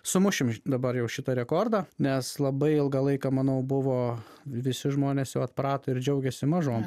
sumušim dabar jau šitą rekordą nes labai ilgą laiką manau buvo visi žmonės jau atprato ir džiaugėsi mažom